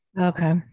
Okay